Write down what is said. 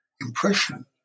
impression